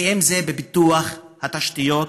ואם זה בפיתוח התשתיות,